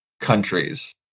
countries